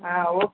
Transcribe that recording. ஆ okay